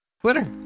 Twitter